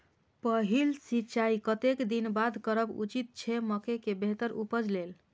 पहिल सिंचाई कतेक दिन बाद करब उचित छे मके के बेहतर उपज लेल?